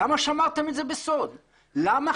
למה שמרתם את זה בסוד?